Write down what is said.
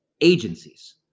agencies